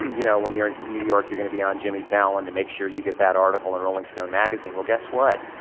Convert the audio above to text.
you know, when you're in new york you're gonna be on jimmy fallon and make sure you get that article in rolling stone magazine. well guess what?